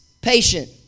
patient